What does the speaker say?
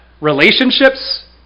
relationships